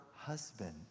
husband